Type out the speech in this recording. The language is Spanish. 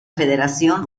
federación